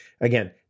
Again